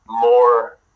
more